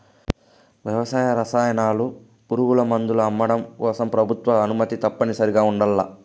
వ్యవసాయ రసాయనాలు, పురుగుమందులు అమ్మడం కోసం ప్రభుత్వ అనుమతి తప్పనిసరిగా ఉండల్ల